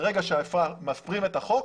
ברגע שמפירים את החוק,